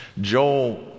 Joel